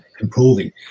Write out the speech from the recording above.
improving